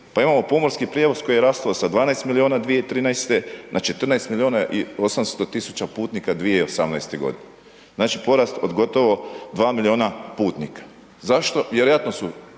Pa imamo pomorski prijevoz koji je rastao sa 12 milijuna 2013. na 14 milijuna i 800 000 putnika 2018.g., znači porast od gotovo 2 milijuna putnika. Zašto? Vjerojatno su